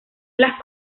las